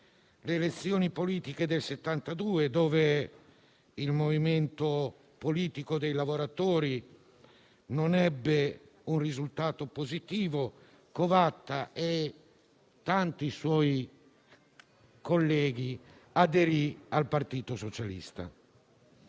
le elezioni politiche del 1972, dove il Movimento Politico dei Lavoratori non ebbe un risultato positivo, Covatta, insieme a tanti suoi colleghi, aderì al Partito Socialista.